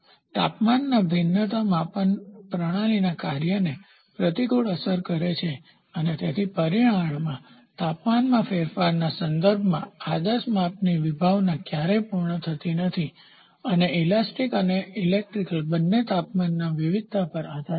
તાપમાનના ભિન્નતા માપન પ્રણાલીના કાર્યને પ્રતિકૂળ અસર કરે છે અને તેથી પરિમાણમાં તાપમાનમાં ફેરફારના સંદર્ભમાં આદર્શ માપનની વિભાવના ક્યારેય પૂર્ણ થઈ નથી અને ઈલાસ્ટિકસ્થિતિસ્થાપક અને ઇલેક્ટ્રિકલ બંને તાપમાનના વિવિધતા પર આધારિત છે